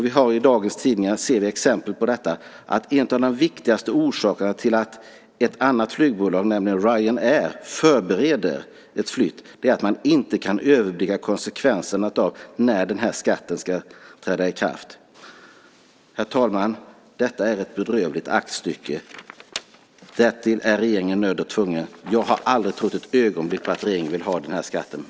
I dagens tidningar ser vi exempel på att en av de viktigaste orsakerna till att ett annat flygbolag, nämligen Ryanair, förbereder en flytt är att man inte kan överblicka konsekvenserna av när skatten ska träda i kraft. Herr talman! Detta är ett bedrövligt aktstycke. Härtill är regeringen nödd och tvungen. Jag har aldrig trott ett ögonblick på att regeringen vill ha den här skatten.